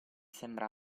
sembra